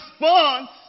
response